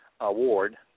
award